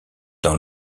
dans